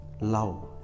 love